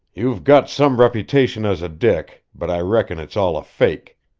you've got some reputation as a dick, but i reckon it's all a fake.